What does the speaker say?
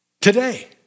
today